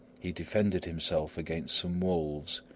he defended himself against some wolves,